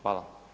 Hvala.